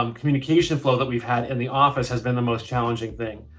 um communication flow that we've had in the office has been the most challenging thing.